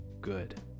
Good